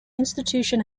institution